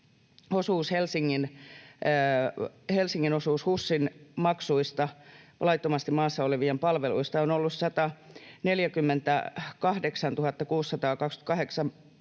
Helsingin osuus HUSin maksuista laittomasti maassa olevien palveluista on ollut 148 628,73 euroa,